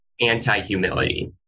anti-humility